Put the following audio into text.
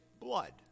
blood